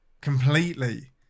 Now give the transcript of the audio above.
completely